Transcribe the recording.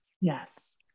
Yes